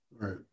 right